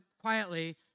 quietly